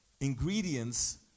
ingredients